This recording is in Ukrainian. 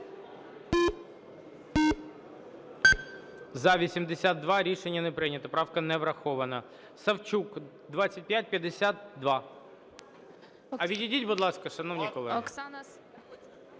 За-82 Рішення не прийнято, правка не врахована. Савчук, 2552. А відійдіть, будь ласка, шановні колеги.